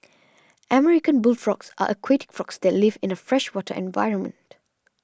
American bullfrogs are aquatic frogs that live in a freshwater environment